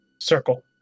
circle